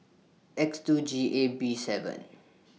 X two G A B seven